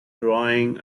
drawing